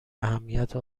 اهمیت